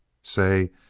say,